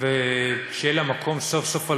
ושיהיה להם מקום סוף-סוף,